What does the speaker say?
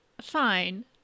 fine